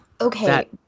Okay